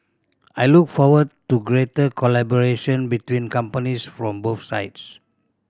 I look forward to greater collaboration between companies from both sides